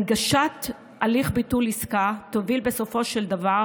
הנגשת הליך ביטול עסקה תוליך בסופו של דבר